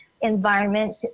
environment